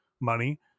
money